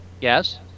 Yes